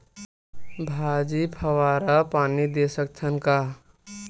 भाजी फवारा पानी दे सकथन का?